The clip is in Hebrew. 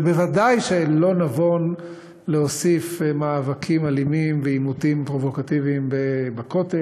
וודאי שלא נבון להוסיף מאבקים אלימים ועימותים פרובוקטיביים בכותל.